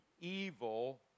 evil